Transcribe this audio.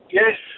yes